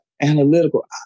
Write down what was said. analytical